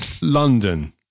London